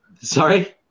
sorry